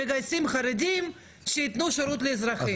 מגייסים חרדים שייתנו שירות לאזרחים.